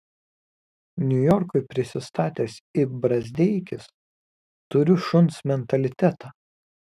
niujorkui prisistatęs i brazdeikis turiu šuns mentalitetą